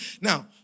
Now